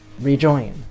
Rejoin